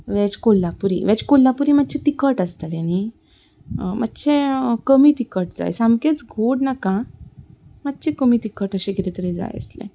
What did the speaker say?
veg Kolhapuri veg Kolhapuri मातशें तिखट आसतलें न्ही मातशे कमी तिखट जाय सामकेंच गोड नाका मातशें कमी तिखट अशें कितें तरी जाय आसलें